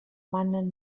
manen